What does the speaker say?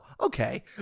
okay